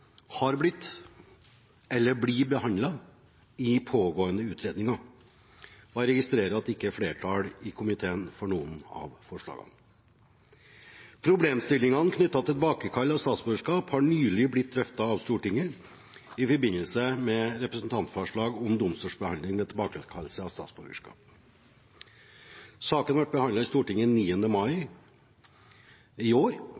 har blitt eller blir behandlet i pågående utredninger, og jeg registrerer at det ikke er flertall i komiteen for noen av forslagene. Problemstillingene knyttet til tilbakekall av statsborgerskap har nylig blitt drøftet av Stortinget i forbindelse med representantforslag om domstolsbehandling ved tilbakekallelse av statsborgerskap. Saken ble behandlet i Stortinget den 9. mai i år,